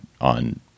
on